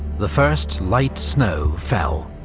the first light snow fell.